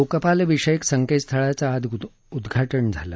लोकपाल विषयक संकेतस्थळाचं आज उद्घाटन झालं